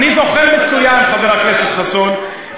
אני זוכר מצוין, חבר הכנסת חסון.